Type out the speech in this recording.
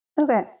okay